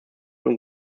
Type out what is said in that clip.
und